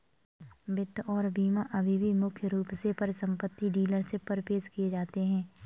वित्त और बीमा अभी भी मुख्य रूप से परिसंपत्ति डीलरशिप पर पेश किए जाते हैं